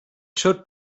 should